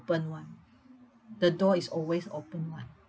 [one] the door is always open [one]